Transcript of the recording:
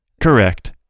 Correct